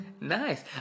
Nice